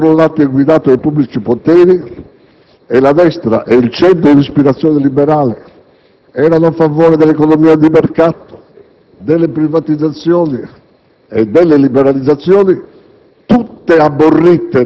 per un mercato controllato e guidato dai pubblici poteri, e la destra e il centro d'ispirazione liberale erano a favore dell'economia di mercato, delle privatizzazioni e delle liberalizzazioni,